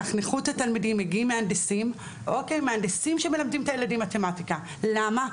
מגיעים מהנדסים שמלמדים את הילדים מתמטיקה, למה?